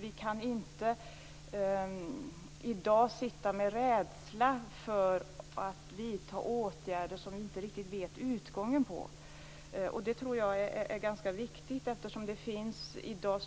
Vi kan inte vara rädda för att vidta åtgärder som vi inte vet utgången av. Det är viktigt eftersom det i dag finns